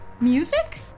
music